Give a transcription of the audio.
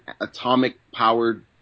atomic-powered